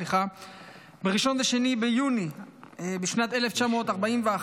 ב-1 ו-2 ביוני בשנת 1941,